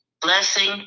blessing